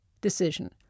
decision